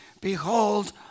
Behold